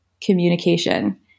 communication